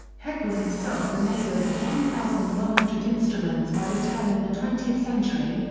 heckel himself had made over one thousand one hundred instruments by the turn of the twentieth century,